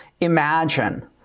imagine